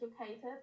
educated